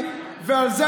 וצועק,